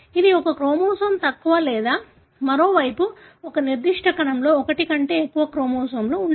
ఇది ఒక క్రోమోజోమ్ తక్కువ లేదా మరోవైపు ఒక నిర్దిష్ట కణంలో ఒకటి కంటే ఎక్కువ క్రోమోజోమ్లు ఉండవచ్చు